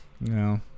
No